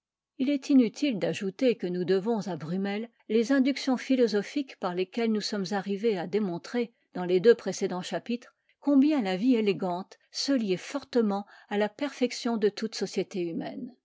il est inutile d'ajouter que nous devons à brummel les inductions philosophiques par lesquelles nous sommes arrivé à démontrer dans les deux précédents chapitres combien la vie élégante se liait fortement à la perfection de toute société humaine